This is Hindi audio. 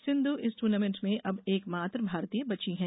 सिंधू इस टूर्नामेंट में अब एक मात्र भारतीय बची हैं